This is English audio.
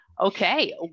okay